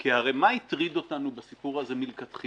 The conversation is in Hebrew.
כי הרי מה הטריד אותנו בסיפור הזה מלכתחילה?